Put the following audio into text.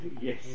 Yes